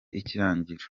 ikirangira